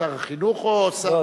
שר החינוך או השר לביטחון פנים?